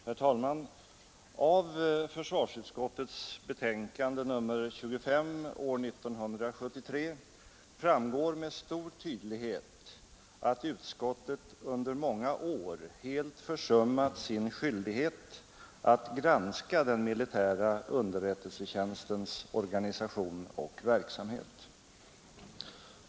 Herr talman! Av försvarsutskottets betänkande nr 25 år 1973 framgår med stor tydlighet att utskottet under många år helt försummat sin skyldighet att granska den militära underrättelsetjänstens organisation och verksamhet.